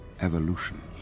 evolution